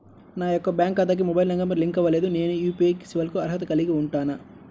నా యొక్క బ్యాంక్ ఖాతాకి మొబైల్ నంబర్ లింక్ అవ్వలేదు నేను యూ.పీ.ఐ సేవలకు అర్హత కలిగి ఉంటానా?